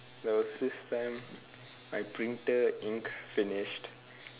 there was this time my printer ink finished